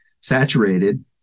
saturated